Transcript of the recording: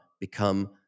become